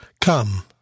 Come